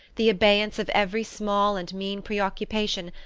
the abeyance of every small and mean preoccupation,